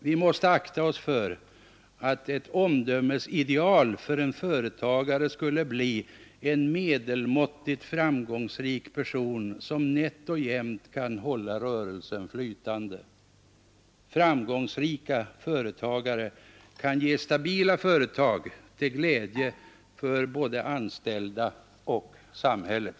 Vi måste akta oss för att idealet för en företagare skulle bli en medelmåttigt framgångsrik person, som nätt och jämnt kan hålla rörelsen flytande. Framgångsrika företagare kan ge stabila företag, till glädje för både anställda och samhället.